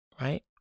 Right